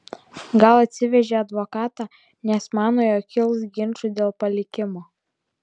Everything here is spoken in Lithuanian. gal atsivežė advokatą nes mano jog kils ginčų dėl palikimo